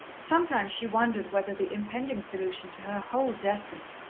sometimes she wondered whether the impending solution to her whole destiny,